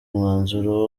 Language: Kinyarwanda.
umwanzuro